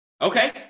Okay